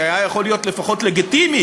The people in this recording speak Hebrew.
שהיה יכול להיות לפחות לגיטימי,